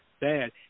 bad